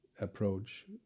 approach